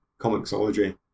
comicsology